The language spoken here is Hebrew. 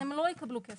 הם לא יקבלו כסף.